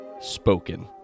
Spoken